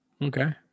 Okay